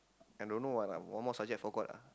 I don't know what lah one more subject forgot lah